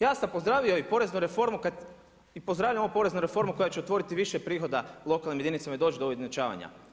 Ja sam pozdravio i poreznu reformu i pozdravljam ovu poreznu reformu koja će otvoriti više prihoda lokalnim jedinicama i doći do ovih ujednačavanja.